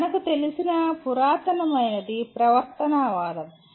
మనకు తెలిసిన పురాతనమైనది "ప్రవర్తనవాదం"